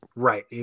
Right